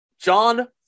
John